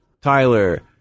Tyler